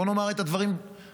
בואו נאמר את הדברים כהווייתם,